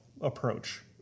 approach